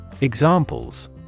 Examples